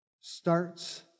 starts